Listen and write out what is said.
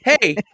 Hey